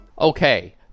Okay